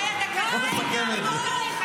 בוא נסכם את זה.